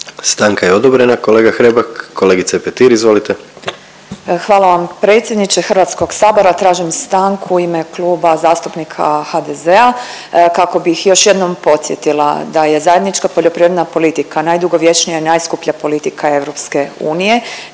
Stanka je odobrena kolega Hrebak. Kolegice Petir, izvolite. **Petir, Marijana (Nezavisni)** Hvala vam predsjedniče Hrvatskog sabora. Tražim stanku u ime Kluba zastupnika HDZ-a kako bih još jednom podsjetila da je zajednička poljoprivredna politika najdugovječnija i najskuplja politika EU,